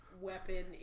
weapon